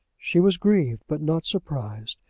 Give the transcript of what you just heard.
she was grieved but not surprised,